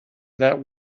that